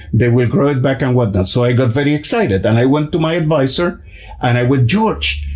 they will grow it back and whatnot. so i got very excited, and i went to my advisor and i went, george,